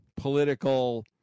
political